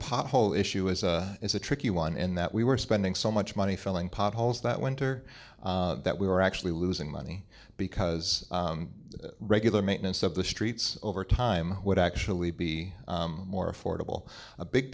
pothole issue is a is a tricky one in that we were spending so much money filling potholes that winter that we were actually losing money because regular maintenance of the streets over time would actually be more affordable a big